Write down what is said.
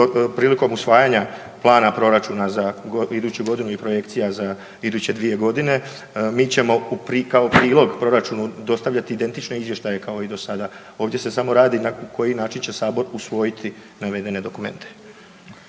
prilikom usvajanja plana proračuna za iduću godinu i projekcija za iduće 2 godine, mi ćemo kao prilog proračunu dostavljati identično izvještaje kao i do sada. Ovdje se samo radi na koji način će sabor usvojiti navedene dokumente.